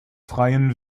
freien